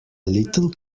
little